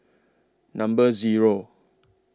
Number Zero